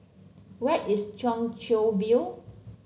where is Chong Chian View